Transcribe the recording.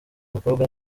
mukobwa